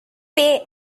pay